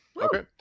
Okay